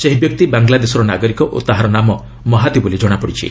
ସେହି ବ୍ୟକ୍ତି ବାଂଲାଦେଶର ନାଗରିକ ଓ ତାହାର ନାମ ମହାଦି ବୋଲି ଜଣାପଡ଼ିଛି